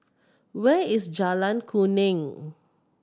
where is Jalan Kuning